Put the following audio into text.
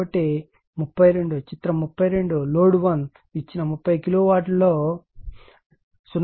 కాబట్టి చిత్రం 32 లోడ్ 1 ఇచ్చిన 30 కిలోవాట్లలో 0